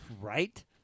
right